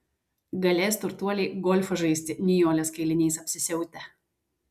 galės turtuoliai golfą žaisti nijolės kailiniais apsisiautę